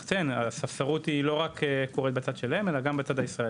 צריך לציין שהספסרות היא לא רק מתרחשת בצד שלהם אלא גם בצד הישראלי.